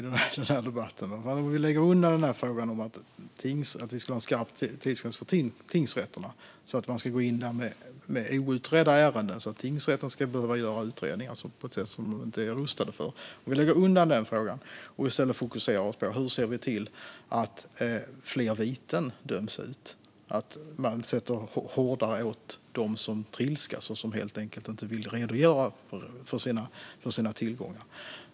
Om vi lägger undan frågan om en skarp tidsgräns för tingsrätterna och att de ska behöva göra utredningar på ett sätt som de inte är rustade för och i stället fokuserar på hur vi kan se till att fler viten döms ut och att de som trilskas och inte vill redogöra för sina tillgångar sätts åt hårdare tror jag ändå att vi kommer någonvart i den här debatten.